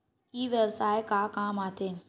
ई व्यवसाय का काम आथे?